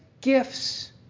gifts